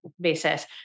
basis